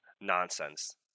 nonsense